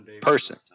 person